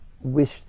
wished